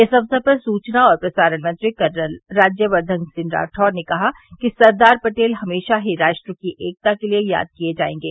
इस अवसर पर सूचना और प्रसारण मंत्री कर्नल राज्यवर्धन राठौड़ ने कहा कि सरदार पटेल हमेशा ही राष्ट्र की एकता के लिए याद किए जायेंगे